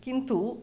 किन्तु